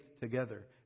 together